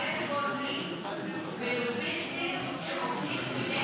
אבל יש גורמים ולוביסטים שעובדים כדי